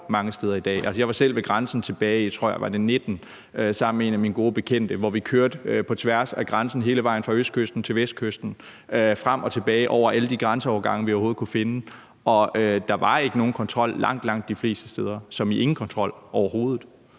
mange steder i dag. Jeg var selv ved grænsen tilbage i 2019, tror jeg det var, sammen med en af mine gode bekendte, hvor vi kørte på tværs af grænsen hele vejen fra østkysten til vestkysten og frem og tilbage over alle de grænseovergange, vi overhovedet kunne finde, og langt, langt de fleste steder var der ikke nogen kontrol – som